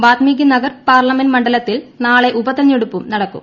Valmiki Nagar parliament മണ്ഡലത്തിൽ നാളെ ഉപതെരഞ്ഞെടുപ്പും നടക്കും